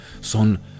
son